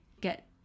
get